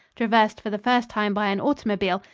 traversed for the first time by an automobile,